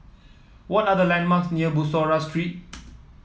what are the landmarks near Bussorah Street